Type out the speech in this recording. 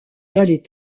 vallée